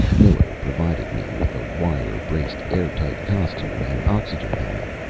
miller provided me with a wire-braced, airtight costume and oxygen helmet,